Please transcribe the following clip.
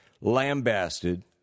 lambasted